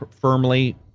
firmly